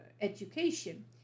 education